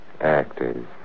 Actors